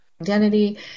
Identity